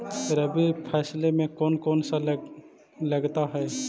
रबी फैसले मे कोन कोन सा लगता हाइय?